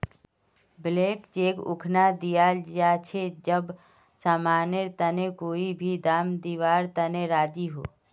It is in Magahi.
ब्लैंक चेक उखना दियाल जा छे जब समानेर तने कोई भी दाम दीवार तने राज़ी हो